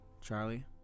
Charlie